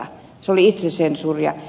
se oli itsesensuuria